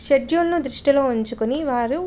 షెడ్యూల్ను దృష్టిలో ఉంచుకుని వారు